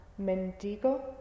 mendigo